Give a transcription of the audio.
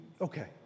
Okay